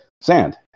sand